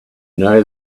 know